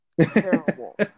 terrible